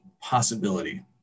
possibility